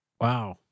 Wow